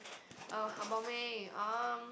oh about me orh